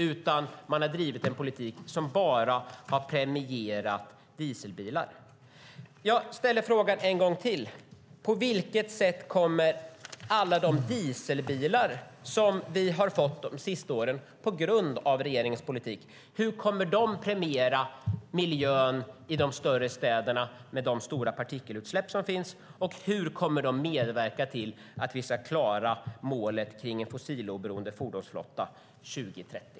Man har i stället drivit en politik som bara har premierat dieselbilar. Jag ställer frågan en gång till: På vilket sätt kommer alla de dieselbilar vi på grund av regeringens politik har fått de senaste åren att premiera miljön i de större städerna, med de stora partikelutsläpp som finns? Hur kommer de att medverka till att vi klarar målet kring en fossiloberoende fordonsflotta 2030?